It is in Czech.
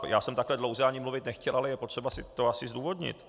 Já jsem takhle dlouze ani mluvit nechtěl, ale je potřeba si to asi zdůvodnit.